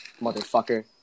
motherfucker